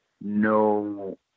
no